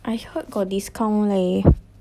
I heard got discount leh